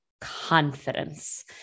Confidence